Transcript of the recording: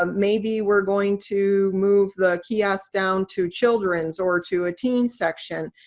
um maybe we're going to move the kiosk down to children's, or to a teen section.